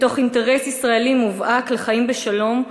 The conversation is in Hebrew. מתוך אינטרס ישראלי מובהק לחיים בשלום,